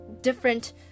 different